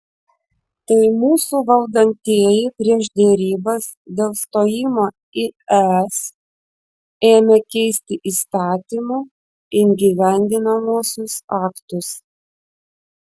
tai mūsų valdantieji prieš derybas dėl stojimo į es ėmė keisti įstatymų įgyvendinamuosius aktus